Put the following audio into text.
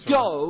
go